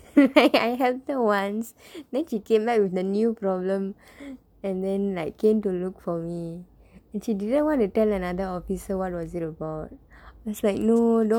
I have the ones then she came back with the new problem and then like came to look for me and she didn't want to tell another officer what was it about then I was like no don't